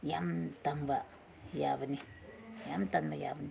ꯌꯥꯝ ꯇꯥꯟꯕ ꯌꯥꯕꯅꯤ ꯌꯥꯝ ꯇꯥꯟꯕ ꯌꯥꯕꯅꯤ